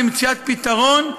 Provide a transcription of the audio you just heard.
עד למציאת פתרון,